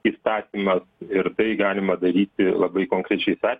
įstatymas ir tai galima daryti labai konkrečiais atvejais